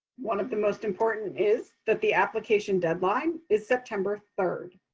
one of the most important is that the application deadline is september third.